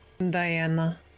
diana